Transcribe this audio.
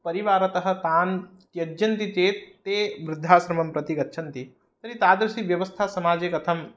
परिवारतः तान् त्यजन्ति चेत् ते वृद्धाश्रमं प्रति गच्छन्ति तर्हि तादृशी व्यवस्था समाजे कथं